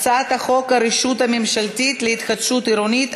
הצעת חוק הרשות הממשלתית להתחדשות עירונית,